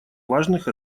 важных